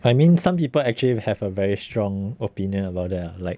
I mean some people actually have a very strong opinion about that ah like